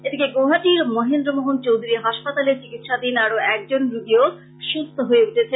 এদিকে গৌহাটীর মহেন্দ্র মোহন চৌধুরী হাসপাতালে চিকিৎসাধীন আরো একজন রোগী ও সুস্থ হয়ে উঠেছেন